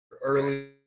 early